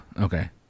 Okay